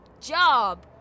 job